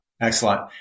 Excellent